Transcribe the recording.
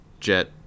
jet